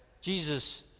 Jesus